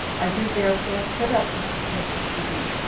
i do therefore put up this petition to thee,